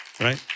right